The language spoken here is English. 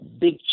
big